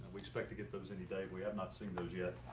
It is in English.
we expect to get those any day. we have not seen those yet.